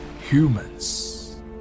Humans